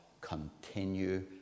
continue